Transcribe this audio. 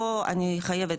פה אני חייבת,